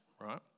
right